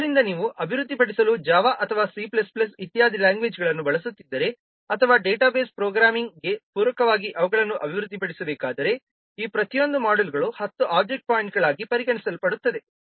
ಆದ್ದರಿಂದ ನೀವು ಅಭಿವೃದ್ಧಿಪಡಿಸಲು ಜಾವಾ ಅಥವಾ Cಇತ್ಯಾದಿ ಲ್ಯಾಂಗ್ವೇಜ್ಗಳನ್ನು ಬಳಸುತ್ತಿದ್ದರೆ ಅಥವಾ ಡೇಟಾಬೇಸ್ ಪ್ರೋಗ್ರಾಮಿಂಗ್ ಕೋಡ್ಗೆ ಪೂರಕವಾಗಿ ಅವುಗಳನ್ನು ಅಭಿವೃದ್ಧಿಪಡಿಸಬೇಕಾದರೆ ಈ ಪ್ರತಿಯೊಂದು ಮಾಡ್ಯೂಲ್ಗಳು 10 ಒಬ್ಜೆಕ್ಟ್ ಪಾಯಿಂಟ್ಗಳಾಗಿ ಪರಿಗಣಿಸಲ್ಪಡುತ್ತವೆ